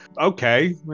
Okay